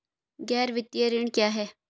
गैर वित्तीय ऋण क्या है?